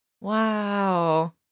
Wow